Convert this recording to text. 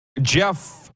Jeff